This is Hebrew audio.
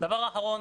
דבר אחרון,